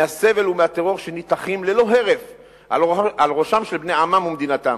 מהסבל ומהטרור שניתכים ללא הרף על ראשם של בני עמם ומדינתם.